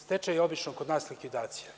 Stečaj je obično kod nas likvidacija.